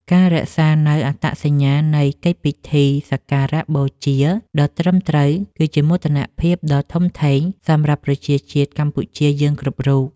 ការរក្សានូវអត្តសញ្ញាណនៃកិច្ចពិធីសក្ការបូជាដ៏ត្រឹមត្រូវ គឺជាមោទនភាពដ៏ធំធេងសម្រាប់ប្រជាជាតិកម្ពុជាយើងគ្រប់រូប។